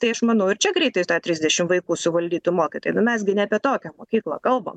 tai aš manau ir čia greitai tą trisdešim vaikų suvaldytų mokytojai nu mes gi ne apie tokią mokyklą kalbam